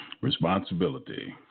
Responsibility